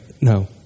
No